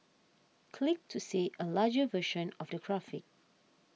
click to see a larger version of the graphic